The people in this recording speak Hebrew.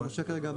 אני חושב שלא,